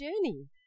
journey